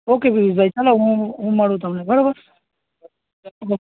okay પિયુષભાઇ ચાલો હું હું મળું તમને બરાબર